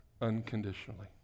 unconditionally